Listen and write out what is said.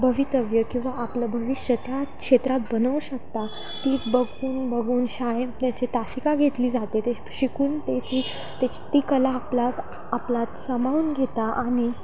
भवितव्य किंवा आपलं भविष्य त्या क्षेत्रात बनवू शकता ती बघून बघून शाळेत त्याची तासिका घेतली जाते ते शिकून त्याची त्याची ती कला आपला आपल्यात सामावून घेता आणि